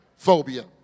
Phobia